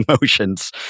emotions